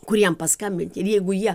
kur jiem paskambinti ir jeigu jie